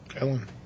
Ellen